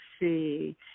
see